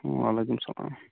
علیکُم سَلام